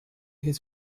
his